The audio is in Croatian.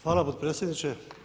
Hvala potpredsjedniče.